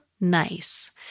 nice